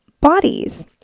bodies